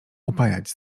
upajać